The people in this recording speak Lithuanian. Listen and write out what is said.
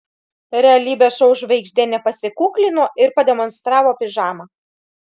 realybės šou žvaigždė nepasikuklino ir pademonstravo pižamą